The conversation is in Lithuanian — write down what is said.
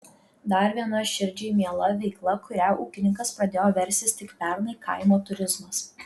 dar viena širdžiai miela veikla kuria ūkininkas pradėjo verstis tik pernai kaimo turizmas